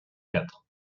quatre